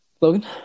Logan